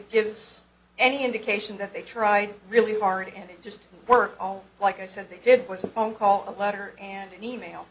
us any indication that they tried really hard and just work all like i said they did was a phone call a letter and an e mail